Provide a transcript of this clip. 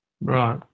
right